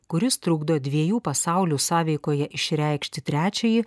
kuris trukdo dviejų pasaulių sąveikoje išreikšti trečiąjį